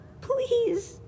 Please